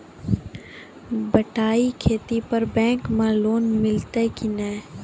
बटाई खेती पर बैंक मे लोन मिलतै कि नैय?